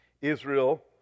Israel